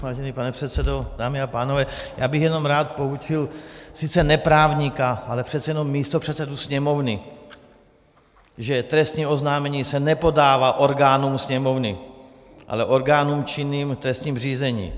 Vážený pane předsedo, dámy a pánové, já bych jenom rád poučil sice ne právníka, ale přece jenom místopředsedu Sněmovny, že trestní oznámení se nepodává orgánům Sněmovny, ale orgánům činným v trestním řízení.